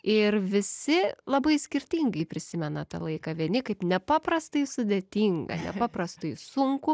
ir visi labai skirtingai prisimena tą laiką vieni kaip nepaprastai sudėtingą nepaprastai sunkų